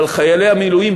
אבל חיילי המילואים,